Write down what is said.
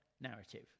narrative